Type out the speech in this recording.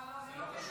אה, אני לא מבינה.